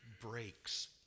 breaks